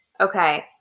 Okay